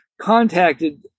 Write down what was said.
contacted